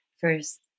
first